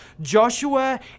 Joshua